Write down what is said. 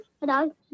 Hello